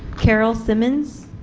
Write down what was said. carol simmons,